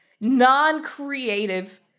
non-creative